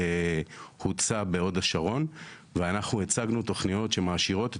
שהוצע בהוד השרון ואנחנו הצגנו תכניות שמעשירות את